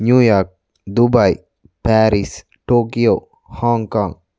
New York Dubai Paris Tokyo Hong Kong